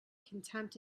contempt